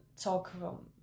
talk